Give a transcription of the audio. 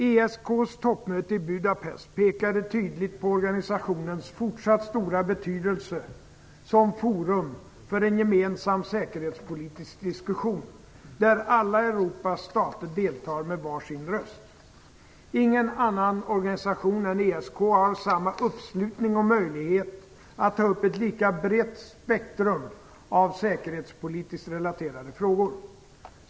ESK:s toppmöte i Budapest pekade tydligt på organisationens fortsatt stora betydelse som forum för en gemensam säkerhetspolitisk diskussion där alla Europas stater deltar med var sin röst. Ingen annan organisation än ESK har samma uppslutning och möjlighet att ta upp ett lika brett spektrum av säkerhetspolitiskt relaterade frågor.